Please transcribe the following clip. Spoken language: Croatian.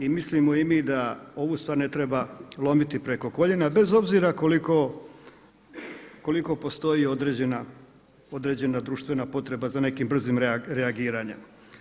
I mislimo i mi da ovu stvar ne treba lomiti preko koljena bez obzira koliko postoji određena društvena potreba za nekim brzim reagiranjem.